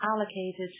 allocated